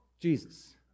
Jesus